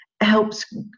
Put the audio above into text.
helps